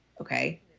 Okay